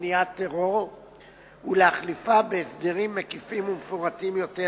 מניעת טרור ולהחליפה בהסדרים מקיפים ומפורטים יותר,